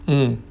mm